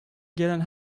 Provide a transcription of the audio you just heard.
gelen